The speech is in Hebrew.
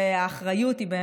והאחריות היא,